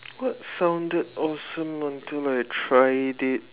what sounded awesome until I tried it